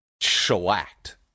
shellacked